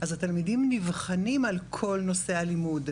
אז התלמידים נבחנים על כל נושא הלימוד,